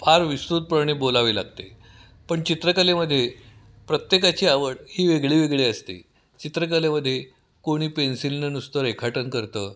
फार विस्तृतपणे बोलावे लागते पण चित्रकलेमध्ये प्रत्येकाची आवड ही वेगळी वेगळी असते चित्रकलेमध्ये कोणी पेन्सिलनं नुसतं रेखाटन करतं